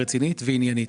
רצינית ועניינית.